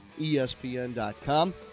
ESPN.com